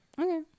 Okay